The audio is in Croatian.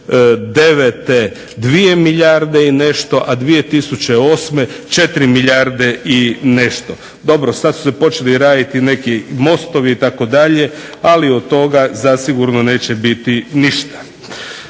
2009. dvije milijarde i nešto, a 2008. 4 milijarde i nešto. Dobro sada su se počeli raditi neki mostovi itd. ali od toga zasigurno neće biti ništa.